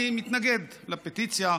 אני מתנגד לפטיציה,